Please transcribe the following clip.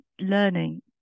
learning